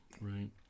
Right